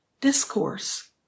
discourse